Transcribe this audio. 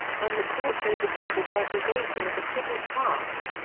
when the courts overturned the segregation of the city's parks,